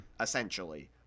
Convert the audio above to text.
essentially